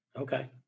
Okay